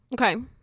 Okay